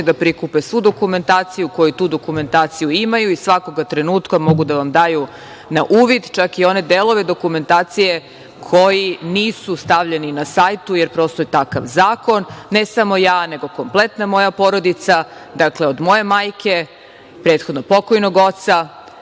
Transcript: da prikupe svu dokumentaciju, koji tu dokumentaciju imaju i svakog trenutka mogu da vam daju na uvid, čak i one delove dokumentacije koji nisu stavljeni na sajt, jer prosto je takav zakon, ne samo ja, nego kompletna moja porodica, dakle, od moje majke, prethodno pokojnog oca,